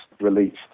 released